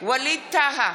ווליד טאהא,